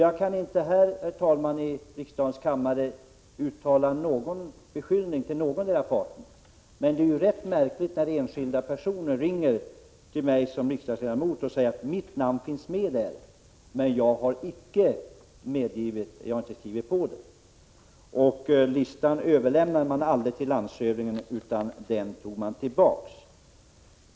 Jag kan inte här i riksdagens kammare uttala någon beskyllning mot någondera parten, men det är ganska märkligt när enskilda personer ringer till mig som riksdagsledamot och säger att deras namn finns på listan men att de icke har skrivit på den. Och listan överlämnade man aldrig till landshövdingen, utan den tog man tillbaka.